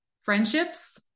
friendships